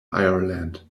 ireland